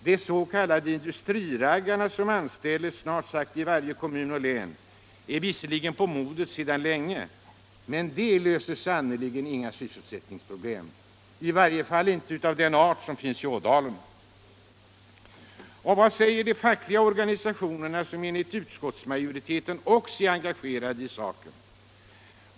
De s.k. industriraggarna som anställs snart sagt i varje kommun och län är visserligen på modet sedan länge. men de löser sannerligen inte sysselsättningsproblemen, i varje fall inte av den art som finns i Ådalen. Och vad säger de fackliga organisationerna som enligt utskottsmajoriteten också är engagerade i saken?